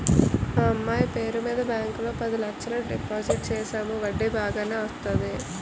మా అమ్మాయి పేరు మీద బ్యాంకు లో పది లచ్చలు డిపోజిట్ సేసాము వడ్డీ బాగానే వత్తాది